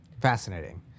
fascinating